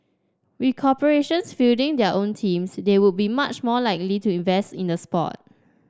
with corporations fielding their own teams they would be much more likely to invest in the sport